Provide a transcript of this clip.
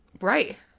Right